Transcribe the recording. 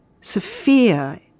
Sophia